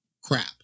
crap